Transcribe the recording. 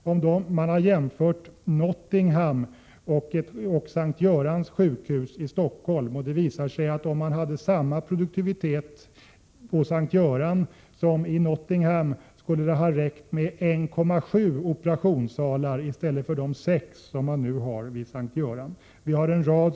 Man har bl.a. jämfört ett sjukhus i Nottingham och S:t Görans sjukhus i Stockholm, och det visade sig att om man hade haft samma produktivitet på S:t Göran som i Nottingham så skulle det ha räckt med 1,7 operationssalar i stället för de 6 som man nu har vid S:t Göran.